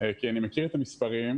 כי אני מכיר את המספרים,